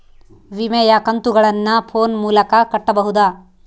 ವಿಮೆಯ ಕಂತುಗಳನ್ನ ಫೋನ್ ಮೂಲಕ ಕಟ್ಟಬಹುದಾ?